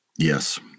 Yes